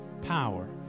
power